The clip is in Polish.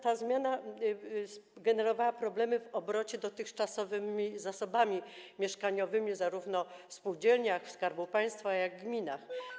Ta zmiana generowała problemy w obrocie dotychczasowymi zasobami mieszkaniowymi zarówno w spółdzielniach Skarbu Państwa, jak i w gminach.